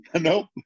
Nope